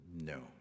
No